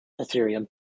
Ethereum